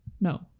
No